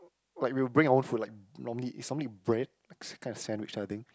what we would bring our food like normally is something bread likes kind of sandwich the other thing